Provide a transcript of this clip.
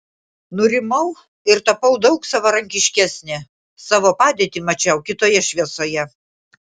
nurimau ir tapau daug savarankiškesnė savo padėtį mačiau kitoje šviesoje